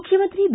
ಮುಖ್ಯಮಂತ್ರಿ ಬಿ